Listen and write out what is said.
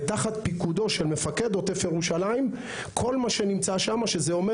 ותחת פיקודו של מפקד עוטף ירושלים כל מה שנמצא שם שזה אומר